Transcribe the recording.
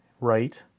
right